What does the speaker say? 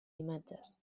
imatges